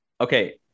Okay